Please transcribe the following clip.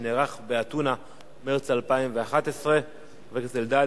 שנערך באתונה במרס 2011. חבר הכנסת אלדד